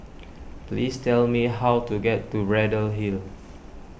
please tell me how to get to Braddell Hill